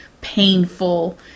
painful